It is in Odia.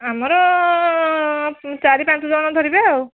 ଆମର ଚାରି ପାଞ୍ଚଜଣ ଧରିବେ ଆଉ